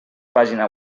pàgina